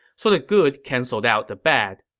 so the good canceled out the bad,